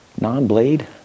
Non-blade